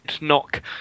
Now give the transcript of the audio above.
knock